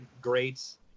greats